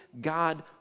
God